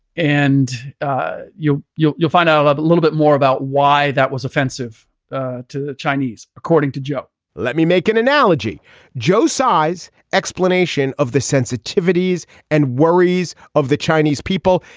and ah you'll you'll you'll find out a ah but little bit more about why that was offensive ah to the chinese according to joe let me make an analogy joe size explanation of the sensitivities and worries of the chinese people.